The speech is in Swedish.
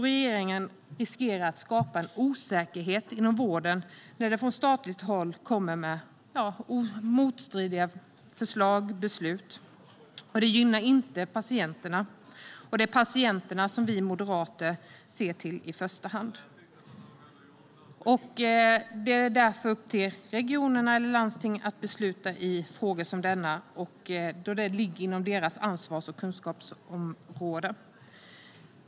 Regeringen riskerar att skapa en osäkerhet inom vården när man från statligt håll kommer med motstridiga förslag och beslut. Det gynnar inte patienterna, och det är patienterna som vi moderater ser till i första hand. Det är därför upp till regionerna eller landstingen att besluta i frågor som denna eftersom de ligger inom deras ansvars och kunskapsområde.